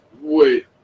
wait